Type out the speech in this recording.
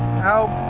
how